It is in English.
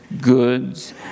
goods